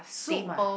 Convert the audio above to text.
soup ah